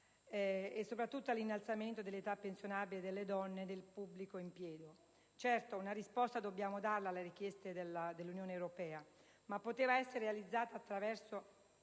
e, soprattutto, all'innalzamento dell'età pensionabile delle donne nel pubblico impiego. Certo, una risposta dobbiamo darla alle richieste dell'Unione europea, ma poteva essere realizzata attraverso